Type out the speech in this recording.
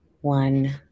one